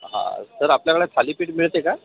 हा तर आपल्याकडे थालीपीठ मिळते का